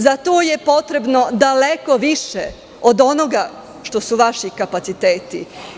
Za to je potrebno daleko više od onoga što su vaši kapaciteti.